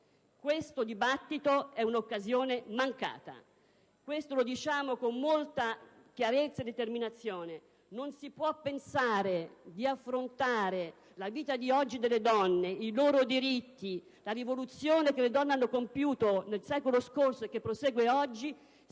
Questo dibattito è un'occasione mancata. Diciamo questo con molta chiarezza e determinazione. Non si può pensare di affrontare la vita di oggi delle donne, i loro diritti, la rivoluzione che le donne hanno compiuto nel secolo scorso e che prosegue oggi